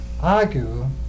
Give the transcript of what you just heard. argue